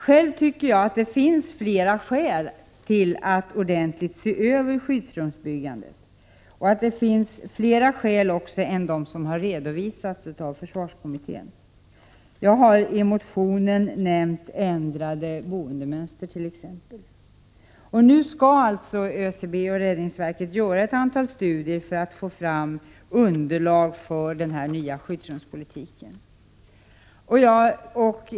Själv tycker jag att det finns fler skäl att ordentligt se över skyddsrumsbyggandet än dem som redovisats av försvarskommittén. Jag har i motionen nämnt ändrade boendemönster t.ex. Nu skall ÖCB och räddningsverket göra ett antal studier för att få fram underlag för denna nya skyddsrumspolitik.